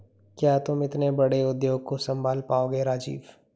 क्या तुम इतने बड़े उद्योग को संभाल पाओगे राजीव?